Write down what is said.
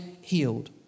healed